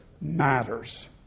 matters